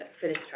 finish